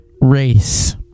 race